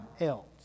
else